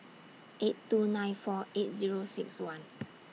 eight two nine four eight Zero six one